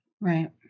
Right